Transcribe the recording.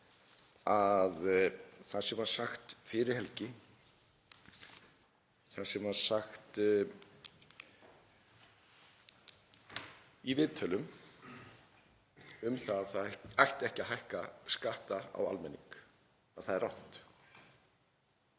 að það sem var sagt fyrir helgi, það sem var sagt í viðtölum um að það ætti ekki að hækka skatta á almenning, er rangt.